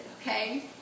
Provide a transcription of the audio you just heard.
okay